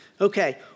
Okay